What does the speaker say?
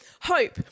hope